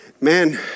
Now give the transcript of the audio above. man